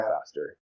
faster